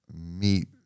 meet